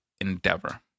endeavor